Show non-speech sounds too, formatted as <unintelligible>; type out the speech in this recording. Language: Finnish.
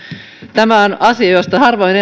on asia josta harvoin <unintelligible>